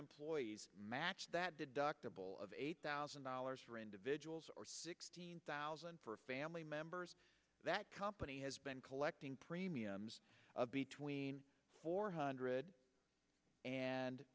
employees match that deductible of eight thousand dollars for individuals or sixteen thousand for family members that company has been collecting premiums of between four hundred and